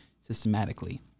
systematically